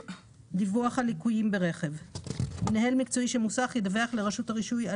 דיווח על ליקויים ברכב מנהל מקצועי של מוסך ידווח לרשות הרישוי על